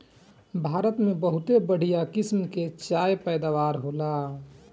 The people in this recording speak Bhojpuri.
भारत में बहुते बढ़िया किसम के चाय के पैदावार होला